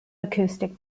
acoustic